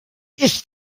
ich